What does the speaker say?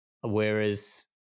whereas